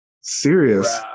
serious